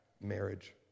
marriage